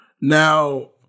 Now